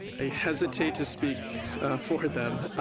i hesitate to speak for them.